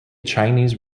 chinese